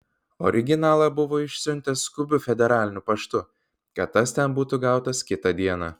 originalą buvo išsiuntęs skubiu federaliniu paštu kad tas ten būtų gautas kitą dieną